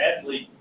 athlete